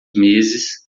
meses